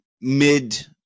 mid